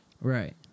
Right